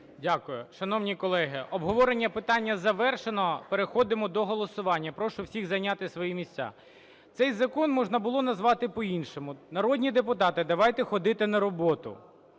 Дякую. Шановні колеги, обговорення питання завершено. Переходимо до голосування. Прошу всіх зайняти свої місця. Цей закон можна було назвати по-іншому: "Народні депутати, давайте ходити на роботу".